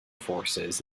forces